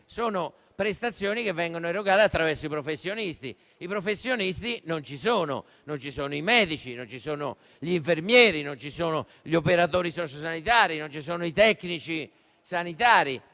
di prestazioni erogate attraverso i professionisti, che non ci sono: non ci sono i medici, non ci sono gli infermieri, non ci sono gli operatori sociosanitari e non ci sono i tecnici sanitari.